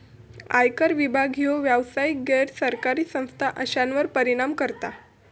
आयकर विभाग ह्यो व्यावसायिक, गैर सरकारी संस्था अश्यांवर परिणाम करता